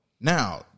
Now